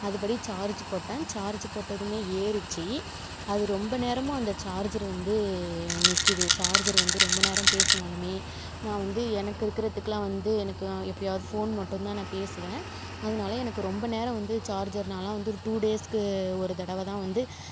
அதுபடி சார்ஜ் போட்டேன் சார்ஜ் போட்டதுமே ஏறிச்சு அது ரொம்ப நேரமும் அந்த சார்ஜர் வந்து நிற்குது சார்ஜர் வந்து ரொம்ப நேரம் பேசுனாலுமே நான் வந்து எனக்கு இருக்குறதுக்குலாம் வந்து எனக்கு எப்பயாவது ஃபோன் மட்டும் தான் நான் பேசுவேன் அதனால எனக்கு ரொம்ப நேரம் வந்து சார்ஜர் நாலாம் வந்து டூ டேஸ்க்கு ஒரு தடவை தான் வந்து